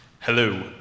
hello